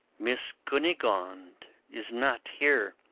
miss cunegonde is not here,